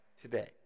today